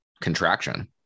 contraction